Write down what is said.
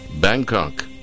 Bangkok